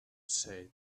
said